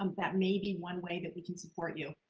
um that may be one way that we can support you.